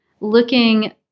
looking